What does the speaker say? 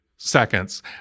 Seconds